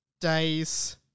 days